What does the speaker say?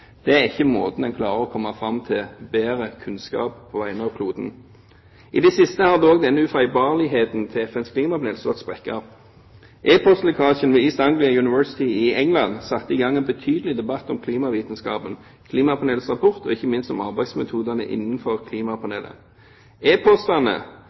Det er ikke måten en klarer å komme fram til bedre kunnskap på vegne av kloden på. I det siste har dog denne ufeilbarligheten til FNs klimapanel slått sprekker. E-postlekkasjen ved University of East Anglia i England satte i gang en betydelig debatt om klimavitenskapen, klimapanelets rapport, og ikke minst om arbeidsmetodene innenfor